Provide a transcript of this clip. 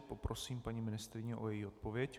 Poprosím paní ministryni o její odpověď.